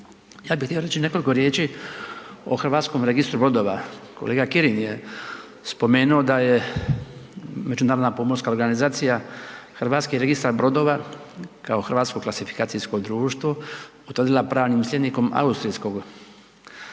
Ja bih htio reći nekoliko riječi o Hrvatskom registru brodova, kolega Kirin je spomenuo da je Međunarodna pomorska organizacija, Hrvatski registar brodova kao hrvatsko klasifikacijsko društvo utvrdila pravnim slijednikom austrijskog